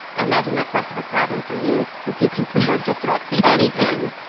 i imagine that's less of a problem for you since you can preserve just about anything.